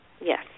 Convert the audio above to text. Yes